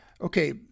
Okay